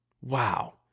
Wow